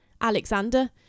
Alexander